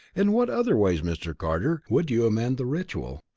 in what other ways, mr. carter, would you amend the ritual?